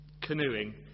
canoeing